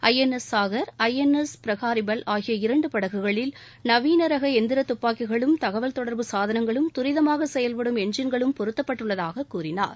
I N S Sahar I N S Praharipal ஆகிய இரண்டு படகுகளில் நவீனரக எந்திர தப்பாக்கிகளும் தகவல் கொடர்பு சாதனங்களும் துரிதமாக செயல்படும் எஞ்ஜின்களும் பொருத்தப்பட்டுள்ளதாக கூறினார்